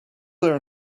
there